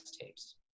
tapes